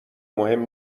مهم